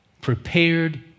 Prepared